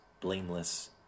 blameless